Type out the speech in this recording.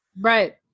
Right